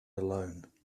alone